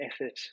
effort